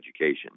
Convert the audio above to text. education